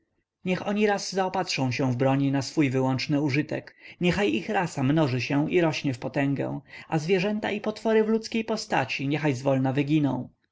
niech oni raz zaopatrzą się w broń na swój wyłączny użytek niechaj ich rasa mnoży się i rośnie w potęgę a zwierzęta i potwory w ludzkiej postaci niechaj zwolna wyginą